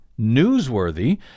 newsworthy